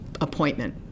appointment